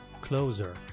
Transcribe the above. closer